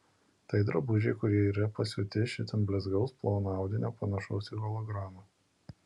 tai drabužiai kurie yra pasiūti iš itin blizgaus plono audinio panašaus į hologramą